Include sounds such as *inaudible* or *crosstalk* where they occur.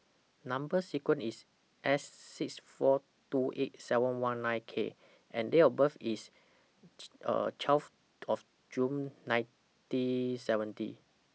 Number sequence IS S six four two eight seven one nine K and Date of birth IS *unintelligible* twelve of June nineteen seventy